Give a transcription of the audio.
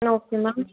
செரி okay ma'am